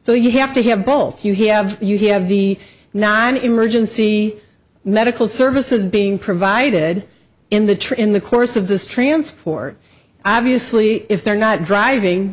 so you have to have both you have you have the not an emergency medical services being provided in the trip in the course of this transfer or obviously if they're not driving